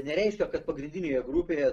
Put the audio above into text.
nereiškia kad pagrindinėje grupėje